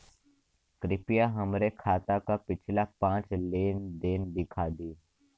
कृपया हमरे खाता क पिछला पांच लेन देन दिखा दी